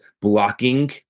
blocking